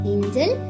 Angel